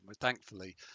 Thankfully